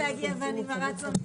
אני נועל את הדיון.